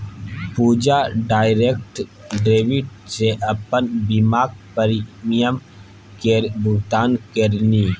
पूजा direct debit सँ अपन बीमाक प्रीमियम केर भुगतान केलनि